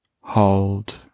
hold